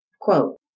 quote